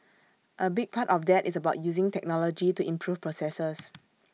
A big part of that is about using technology to improve processes